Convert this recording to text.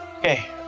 okay